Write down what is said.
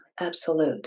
absolute